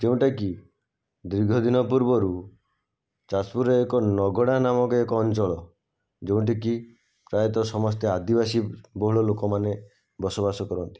ଯେଉଁଟା କି ଦୀର୍ଘ ଦିନ ପୂର୍ବରୁ ଯାଜପୁରରେ ଏକ ନଗଡ଼ା ନାମକ ଏକ ଅଞ୍ଚଳ ଯେଉଁଠି କି ପ୍ରାୟତଃ ସମସ୍ତେ ଆଦିବାସୀ ବହୁଳ ଲୋକମାନେ ବସବାସ କରନ୍ତି